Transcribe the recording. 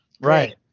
Right